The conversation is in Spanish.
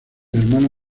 hermano